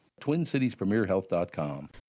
TwinCitiesPremierHealth.com